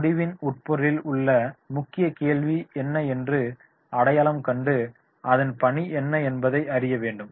முடிவின் உட்பொருளில் உள்ள முக்கிய கேள்வி என்ன என்று அடையாளம் கண்டு அதன் பணி என்ன என்பதை அறிய வேண்டும்